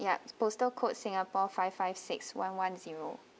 yup postal code singapore five five six one one zero